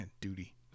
duty